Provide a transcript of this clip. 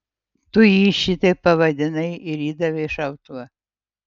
tu jį šitaip pavadinai ir įdavei šautuvą